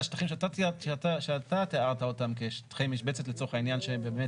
על השטחים שאתה תיארת אותם כשטחי משבצת נטושים